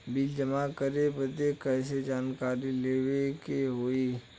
Bill जमा करे बदी कैसे जानकारी लेवे के होई?